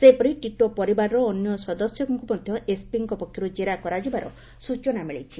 ସେହିପରି ଟିଟୋ ପରିବାରର ଅନ୍ୟ ସଦସ୍ୟଙ୍କ ମଧ୍ୟ ଏସ୍ପିଙ୍କ ପକ୍ଷର୍ ଜେରା କରାଯିବାର ସ୍ଚନା ମିଳିଛି